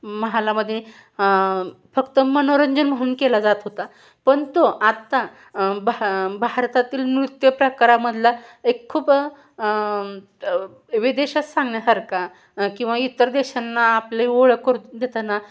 महालामध्ये फक्त मनोरंजन म्हणून केला जात होता पण तो आत्ता भ भारतातील नृत्यप्रकारामधला एक खूप विदेशात सांगण्यासारखा किंवा इतर देशांना आपले ओळख करून देताना